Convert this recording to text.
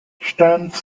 stearns